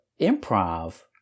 improv